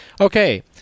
Okay